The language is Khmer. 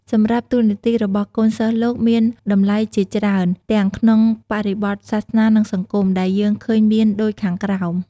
សម្រាប់តួនាទីរបស់កូនសិស្សលោកមានតម្លៃជាច្រើនទាំងក្នុងបរិបទសាសនានិងសង្គម ដែលយើងឃើញមានដូចខាងក្រោម។